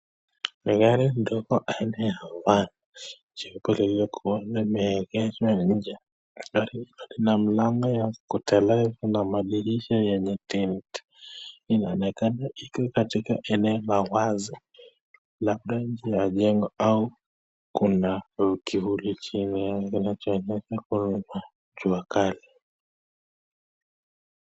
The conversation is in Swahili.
Ni gari ndogo aina ya van . JIbuli liko limeegeshwa nje ya. Gari lina milango ya kutolea. Lina madirisha yenye tint . Inaonekana iko katika eneo la wazi. Labda nje ya jengo au kuna kivuli chini yake kinachoonyesha kuwa kuna jua kali.